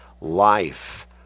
life